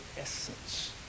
essence